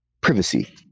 privacy